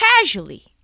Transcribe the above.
casually